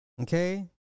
Okay